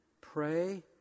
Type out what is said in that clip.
pray